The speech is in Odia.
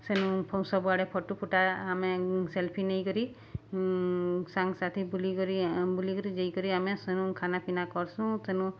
ସେନୁ ସବୁଆଡ଼େ ଫଟୁ ଫୁଟା ଆମେ ସେଲ୍ଫି ନେଇକରି ସାଙ୍ଗସାଥି ବୁଲିକରି ବୁଲିକରି ଯେଇକରି ଆମେ ସେନୁ ଖାନା ପିନା କର୍ସୁଁ ସେନୁ